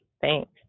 Thanks